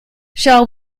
shall